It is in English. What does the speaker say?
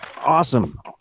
awesome